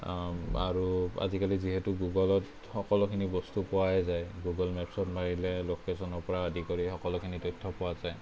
আৰু আজিকালি যিহেতু গুগলত সকলোখিনি বস্তু পোৱায়েই যায় গুগল মেপচট মাৰিলে লোকেশ্বনৰ পৰা আদি কৰি সকলোখিনি তথ্য় পোৱা যায়